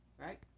Right